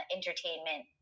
Entertainment